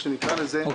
איך שנקרא לזה,